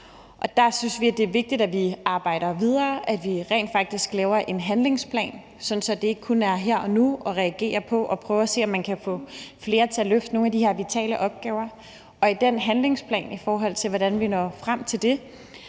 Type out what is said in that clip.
og der synes vi, at det er vigtigt, at vi arbejder videre, og at vi rent faktisk laver en handlingsplan, sådan så det ikke kun er her og nu, at vi reagerer på det og prøver at se, om man kan få flere til at løfte nogle af de her vitale opgaver. Og i den handlingsplan for, hvordan vi når frem til det,